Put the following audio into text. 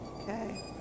Okay